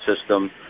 system